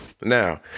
Now